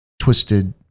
twisted